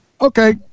okay